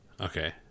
Okay